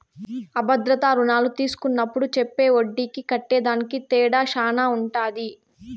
అ భద్రతా రుణాలు తీస్కున్నప్పుడు చెప్పే ఒడ్డీకి కట్టేదానికి తేడా శాన ఉంటది